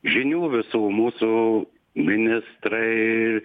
žinių visų mūsų ministrai